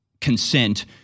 consent